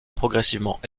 progressivement